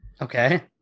Okay